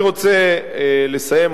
אני רוצה לסיים,